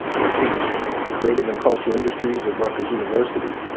i teach creative and cultural industries at rutgers university.